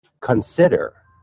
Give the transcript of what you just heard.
consider